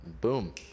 boom